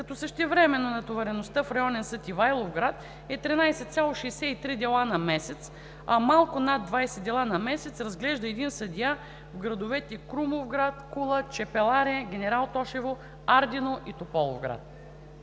като същевременно натовареността в Районен съд – Ивайловград, е 13,63 дела на месец, а малко над 20 дела на месец разглежда един съдия в градовете Крумовград, Кула, Чепеларе, Генерал Тошево, Ардино и Тополовград.